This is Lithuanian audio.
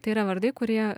tai yra vardai kurie